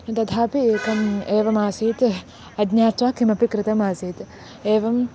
तथापि एकम् एवम् आसीत् अज्ञात्वा किमपि कृतम् आसीत् एवं